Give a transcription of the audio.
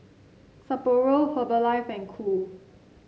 Sapporo Herbalife and Qoo